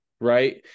right